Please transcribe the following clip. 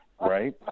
right